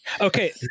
Okay